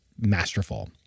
masterful